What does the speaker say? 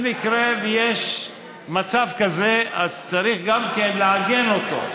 במקרה שיש מצב כזה, אז צריך לעגן גם אותו.